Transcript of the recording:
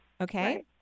Okay